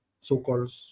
so-called